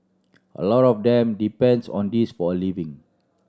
a lot of them depends on this for a living